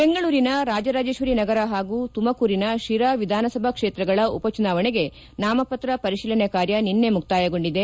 ಬೆಂಗಳೂರಿನ ರಾಜರಾಜೇಶ್ವರಿ ನಗರ ಪಾಗೂ ತುಮಕೂರಿನ ಶಿರಾ ವಿಧಾನಸಭಾ ಕ್ಷೇತ್ರಗಳ ಉಪ ಚುನಾವಣೆಗೆ ನಾಮಪತ್ರ ಪರಿಶೀಲನೆ ಕಾರ್ಯ ನಿನ್ನೆ ಮುತ್ತಾಯಗೊಂಡಿದೆ